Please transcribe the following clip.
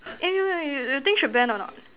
eh wait wait wait you think should ban or not